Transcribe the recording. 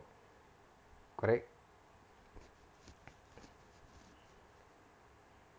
correct